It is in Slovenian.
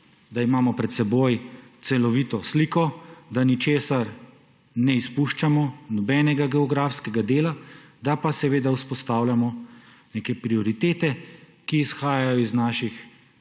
da imamo pred seboj celovito sliko, da ničesar ne izpuščamo, nobenega geografskega dela, da pa seveda vzpostavljamo neke prioritete, ki izhajajo iz naših